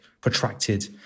protracted